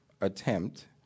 attempt